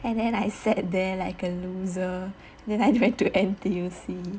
and then I sat there like a loser then I went to N_T_U_C